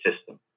system